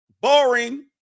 Boring